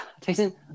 Tyson